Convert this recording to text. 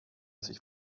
sich